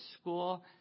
school